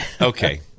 Okay